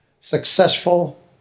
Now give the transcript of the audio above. successful